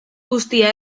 guztia